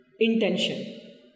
Intention